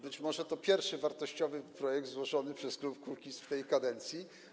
Być może to pierwszy wartościowy projekt złożony przez klub Kukiz’15 w tej kadencji.